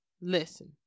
listen